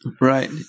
Right